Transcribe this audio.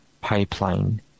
pipeline